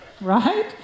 Right